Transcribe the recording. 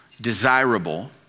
desirable